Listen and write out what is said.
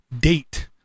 date